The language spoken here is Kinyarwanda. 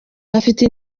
afite